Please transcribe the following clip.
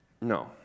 No